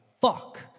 fuck